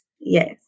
Yes